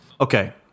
okay